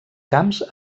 camps